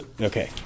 okay